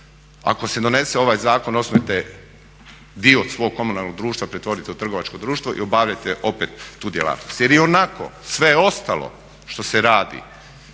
ako se donese ovaj zakon, osnujte dio svog komunalnog društva pretvorite u trgovačko društvo i obavljajte opet tu djelatnost. Jer ionako sve ostalo što se radi,